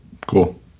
Cool